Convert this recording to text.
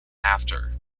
after